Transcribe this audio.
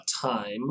time